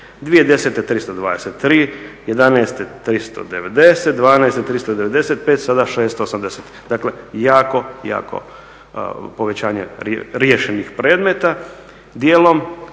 2010. 323, jedanaeste 390, dvanaeste 395, sada 680. Dakle, jako, jako povećanje riješenih predmeta. Dijelom